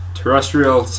terrestrial